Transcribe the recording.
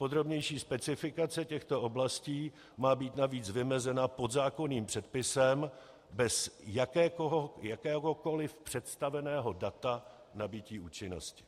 Podrobnější specifikace těchto oblastí má být navíc vymezena podzákonným předpisem bez jakéhokoliv představeného data nabytí účinnosti.